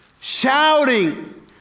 shouting